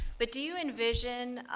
but do you envision